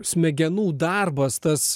smegenų darbas tas